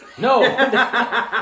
No